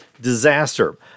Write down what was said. Disaster